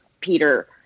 Peter